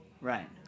Right